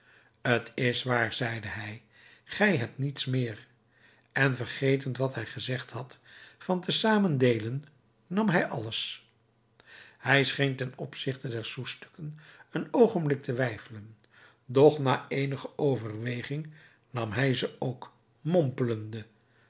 t is waar zeide hij gij hebt niets meer en vergetend wat hij gezegd had van te zamen deelen nam hij alles hij scheen ten opzichte der soustukken een oogenblik te weifelen doch na eenige overweging nam hij ze ook mompelende